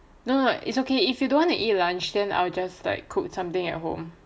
no it's ok if you don't want to eat lunch then I'll just like cook something at home